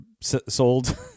sold